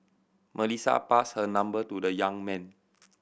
Melissa passed her number to the young man